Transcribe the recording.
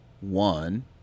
one